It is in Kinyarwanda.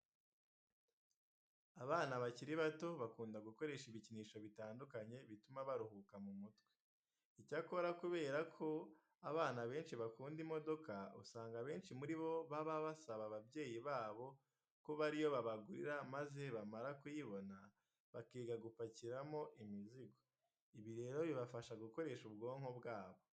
Abana bakiri bato bakunda gukoresha ibikinisho bitandukanye bituma baruhuka mu mutwe. Icyakora kubera ko abana benshi bakunda imodoka, usanga abenshi muri bo baba basaba ababyeyi babo kuba ari yo babagurira maze bamara kuyibona bakiga gupakiramo imizigo. Ibi rero bibafasha gukoresha ubwonko bwabo.